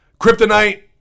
kryptonite